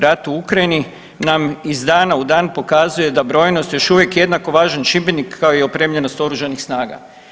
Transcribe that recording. Rat u Ukrajini nam iz dana u dan pokazuje da brojnost još uvijek jednako važan čimbenik kao i opremljenost oružanih snaga.